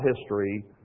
history